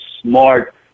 smart